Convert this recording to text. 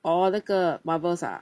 oh 那个 Marvels ah